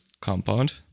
compound